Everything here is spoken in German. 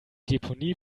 deponie